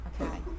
Okay